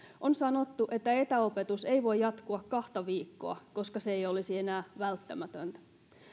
on sanottu että etäopetus ei voi jatkua kahta viikkoa koska se ei olisi enää välttämätöntä